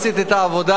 עשית את העבודה,